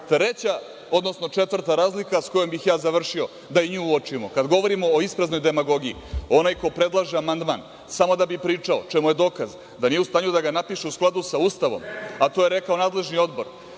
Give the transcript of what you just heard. treba uočiti. Četvrta razlika s kojom bih ja završio da i nju uočimo, kada govorimo o ispraznoj demagogiji, onaj ko predlaže amandman samo da bi pričao, čemu je dokaz da nije u stanju da ga napiše u skladu sa Ustavom, a to je rekao nadležni odbor,